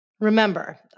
Remember